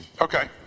Okay